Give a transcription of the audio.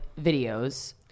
videos